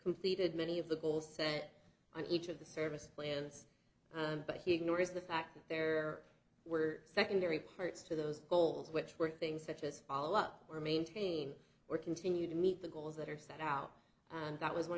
completed many of the goals set on each of the service plans but he ignores the fact that there were secondary parts to those goals which were things such as follow up or maintain or continue to meet the goals that are set out and that was one